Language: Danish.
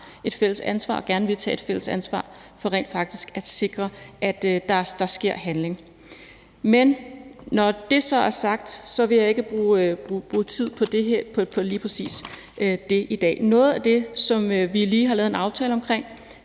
et fælles ansvar og gerne vil tage et fælles ansvar for rent faktisk at sikre, at der sker handling. Men når det så er sagt, vil jeg ikke bruge tid på lige præcis det i dag. Noget af det, som vi lige har lavet en aftale om,